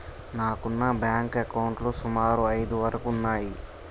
నాకున్న బ్యేంకు అకౌంట్లు సుమారు ఐదు వరకు ఉన్నయ్యి